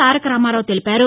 తారక రామారావు తెలిపారు